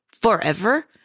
forever